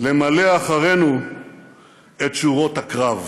למלא אחרינו את שורות הקרב".